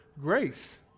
grace